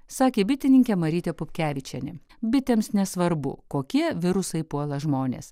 sakė bitininkė marytė pupkevičienė bitėms nesvarbu kokie virusai puola žmones